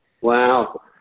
Wow